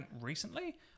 recently